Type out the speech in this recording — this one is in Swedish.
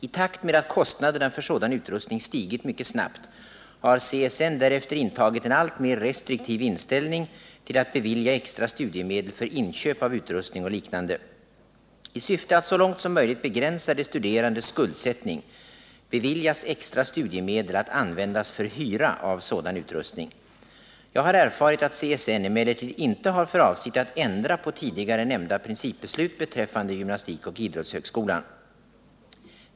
I takt med att kostnaderna för sådan utrustning stigit mycket snabbt har CSN därefter intagit en alltmer restriktiv inställning till att bevilja extra studiemedel för inköp av utrustning och liknande. I syfte att så långt som möjligt begränsa de studerandes skuldsättning beviljas extra studiemedel att användas för hyra av sådan utrustning. Jag har erfarit att CSN emellertid inte har för avsikt att ändra på tidigare nämnda principbeslut beträffande gymnastikoch idrottshögskolan.